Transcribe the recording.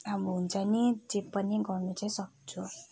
अब हुन्छ नि जे पनि गर्नु चाहिँ सक्छु